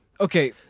Okay